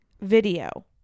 video